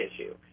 issue